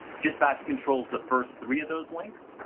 dispatch controls the first three of those links.